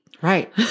Right